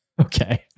Okay